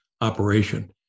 operation